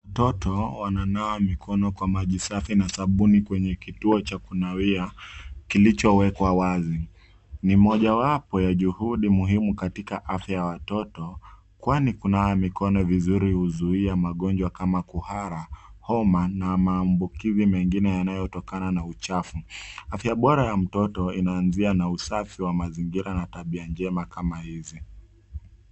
Watoto wananawa mikono Kwa maji safi na sabuni kwenye kituo cha kunawia kilichowekwa wazi. Ni mojawapo ya juhudi muhimu katika afya ya watoto kwani ,kunawa mikono vizuri huzuia magonjwa kama kuhara, homa na maambukuzi mengine yanayotokana na uchafu. Afya Bora ya mtoto inaanzia na usafi wa mazingira na tabia njema kama hizi.